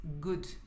good